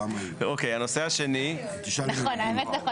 הנושא השני --- יש למישהו הערות?